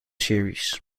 series